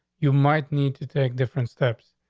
you might need to take different steps.